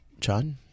John